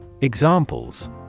Examples